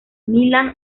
millán